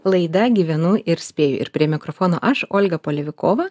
laida gyvenu ir spėju ir prie mikrofono aš olga palivikova